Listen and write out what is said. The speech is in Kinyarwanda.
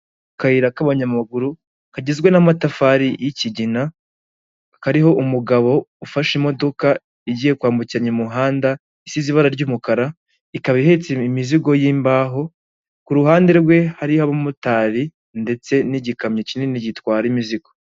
Akayira k'abanyamaguru kagizwe n'amatafari y'ikigina, kariho umugabo ufashe imodoka igiye kwambukanyaranya umuhanda isize ibara ry'umukara, ikaba ihetse imizigo y'imbaho, kuhande rwe hariho abamotari ndetse n'igikamyo kinini gitwara imizigo.